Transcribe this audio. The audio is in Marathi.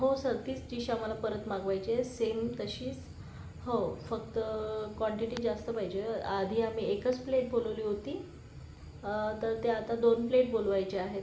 हो सर तीच डिश आम्हाला परत मागवायची आहे सेम तशीच हो फक्त क्वांटिटी जास्त पाहिजे आहे आधी आम्ही एकच प्लेट बोलवली होती तर ते आता दोन प्लेट बोलवायच्या आहेत